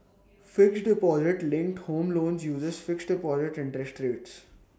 fixed deposit linked home loans uses fixed deposit interest rates